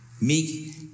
meek